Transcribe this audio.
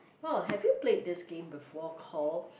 well have you played this game before call